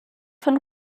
von